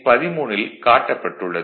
13 ல் காட்டப்பட்டு உள்ளது